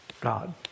God